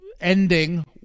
ending